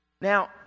Now